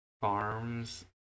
farms